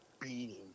beating